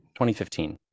2015